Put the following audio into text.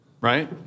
right